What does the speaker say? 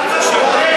מה אתה פוחד?